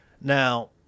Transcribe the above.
now